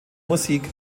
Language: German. musik